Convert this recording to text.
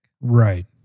right